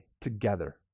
together